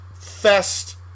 fest